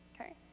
Okay